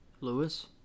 Lewis